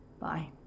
Bye